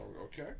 okay